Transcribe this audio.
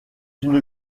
une